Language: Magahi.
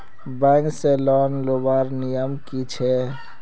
बैंक से लोन लुबार नियम की छे?